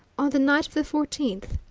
on the night of the fourteenth.